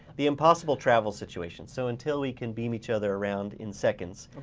the impossible travel situation. so until we can beam each other around in seconds.